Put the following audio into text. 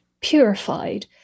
purified